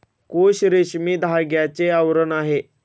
कोश रेशमी धाग्याचे आवरण आहे